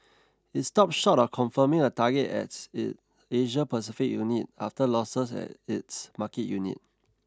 it stopped short of confirming a target at it Asia Pacific unit after losses at its market unit